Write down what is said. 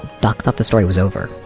doc thought the story was over.